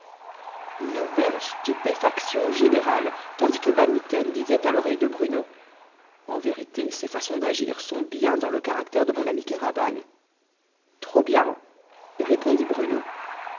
nouvelle stupéfaction générale tandis que van mitten disait à l'oreille de bruno en vérité ces façons d'agir sont bien dans le caractère de mon ami kéraban trop bien répondit bruno